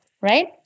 right